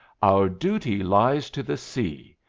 our duty lies to the sea.